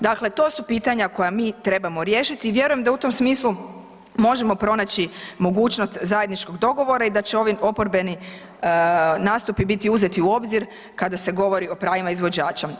Dakle, to su pitanja koja mi trebamo riješiti i vjerujem da u tom smislu možemo pronaći mogućnost zajedničkog dogovora i da će ovi oporbeni nastupi biti uzeti u obzir kada se govori o pravilima izvođača.